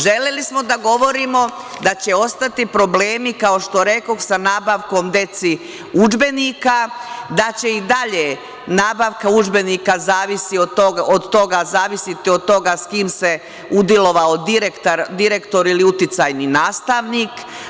Želeli smo da govorimo da će ostati problemi, kao što rekoh, sa nabavkom deci udžbenika, da će i dalje nabavka udžbenika zavisiti od toga s kim se udilovao direktor ili uticajni nastavnik.